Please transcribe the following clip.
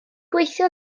gweithio